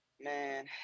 Man